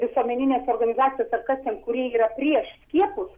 visuomeninės organizacijos ar kas ten kurie yra prieš skiepus